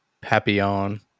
Papillon